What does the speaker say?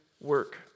work